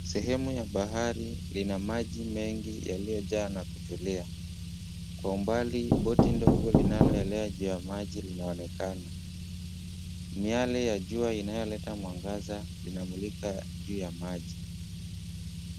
Sehemu ya bahari lina maji mengi yaliyojaa na kutulia. Kwa umbali boti ndogo linaloelea juu ya maji linaonekana. Miale ya jua inayoleta mwangaza inamulika juu ya maji.